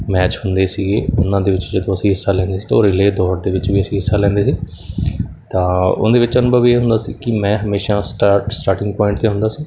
match ਹੁੰਦੇ ਸੀਗੇ ਉਹਨਾਂ ਦੇ ਵਿੱਚ ਜਦੋਂ ਅਸੀਂ ਹਿੱਸਾ ਲੈਂਦੇ ਸੀ ਤਾਂ ਉਹ ਰਿਲੇਅ ਦੌੜ ਦੇ ਵਿੱਚ ਵੀ ਅਸੀਂ ਹਿੱਸਾ ਲੈਂਦੇ ਸੀ ਤਾਂ ਉਹਦੇ ਵਿੱਚ ਅਨੁਭਵ ਇਹ ਹੁੰਦਾ ਸੀ ਕਿ ਮੈਂ ਹਮੇਸ਼ਾ ਸਟਾਰਟ ਸਟਾਰਟਿੰਗ ਪੁਆਇੰਟ 'ਤੇ ਹੁੰਦਾ ਸੀ